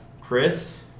chris